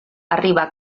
arriba